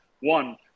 one